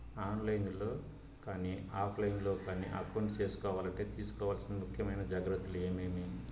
On line లో కానీ offline లో కానీ అకౌంట్ సేసుకోవాలంటే తీసుకోవాల్సిన ముఖ్యమైన జాగ్రత్తలు ఏమేమి?